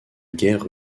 guerre